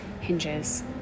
hinges